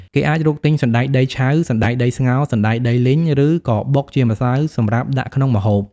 គេអាចរកទិញសណ្ដែកដីឆៅ សណ្ដែកដីស្ងោរ សណ្ដែកដីលីង ឬក៏បុកជាម្សៅសម្រាប់ដាក់ក្នុងម្ហូប។